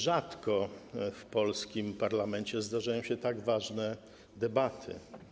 Rzadko w polskim parlamencie zdarzają się tak ważne debaty.